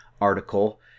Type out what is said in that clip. article